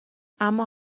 اما